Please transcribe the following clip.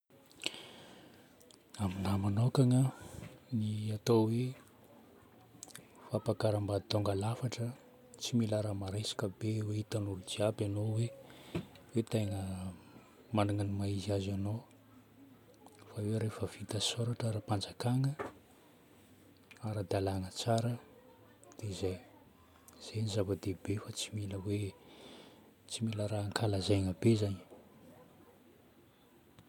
Aminahy manokagna ny atao hoe fampakaram-bady tonga lafatra tsy mila raha maresaka be ho hitan'ny olo jiaby ano hoe, hoe tegna magnana ny maha-izy azy ano. Fa hoe rehefa vita soratra ara-panjakana, ara-dalàna tsara, dia izay. Izay no zava-dehibe fa tsy mila hoe, tsy mila raha ankalazaina be zagny e.